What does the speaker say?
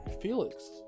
Felix